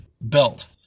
belt